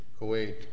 Kuwait